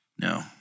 No